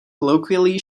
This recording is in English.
colloquially